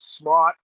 smart